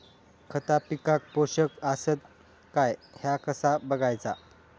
खता पिकाक पोषक आसत काय ह्या कसा बगायचा?